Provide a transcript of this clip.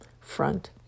front